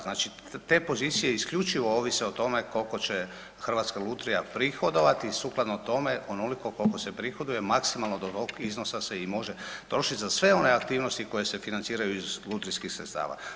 Znači, te pozicije isključivo ovise o tome kolko će Hrvatska lutrija prihodovat i sukladno tome onoliko koliko se prihoduje maksimalno do ovog iznosa se i može trošit za sve one aktivnosti koje se financiraju iz lutrijskih sredstava.